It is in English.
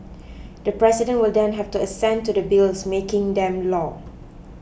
the president will then have to assent to the bills making them law